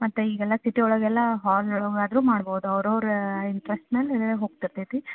ಮತ್ತೆ ಈಗೆಲ್ಲ ಸಿಟಿಯೊಳಗೆಲ್ಲ ಹಾಲ್ ಅದು ಮಾಡ್ಬೋದು ಅವರು ಅವ್ರ ಇಂಟ್ರಸ್ಟ್ನಲ್ಲಿ ಹೊಗ್ತತೈತಿ